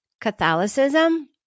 Catholicism